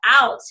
out